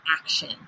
action